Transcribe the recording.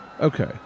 Okay